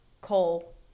coal